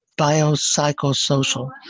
biopsychosocial